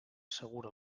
assegura